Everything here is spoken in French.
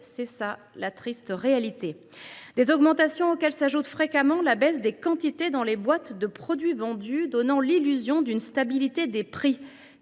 est la triste réalité ! À ces augmentations s’ajoute fréquemment la baisse des quantités dans les boîtes de produits vendus, donnant l’illusion d’une stabilité des prix.